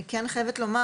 אני כן חייבת לומר